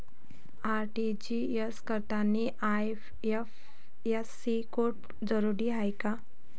RTGS करतांनी IFSC code जरुरीचा हाय का?